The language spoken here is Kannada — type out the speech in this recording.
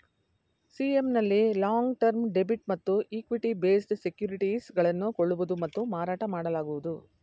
ಸಿ.ಎಂ ನಲ್ಲಿ ಲಾಂಗ್ ಟರ್ಮ್ ಡೆಬಿಟ್ ಮತ್ತು ಇಕ್ವಿಟಿ ಬೇಸ್ಡ್ ಸೆಕ್ಯೂರಿಟೀಸ್ ಗಳನ್ನು ಕೊಳ್ಳುವುದು ಮತ್ತು ಮಾರಾಟ ಮಾಡಲಾಗುವುದು